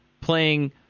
playing